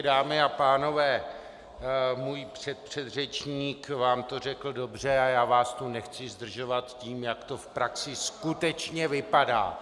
Dámy a pánové, můj předpředřečník vám to řekl dobře a já vás tu nechci zdržovat tím, jaka to v praxi skutečně vypadá.